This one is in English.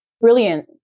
brilliant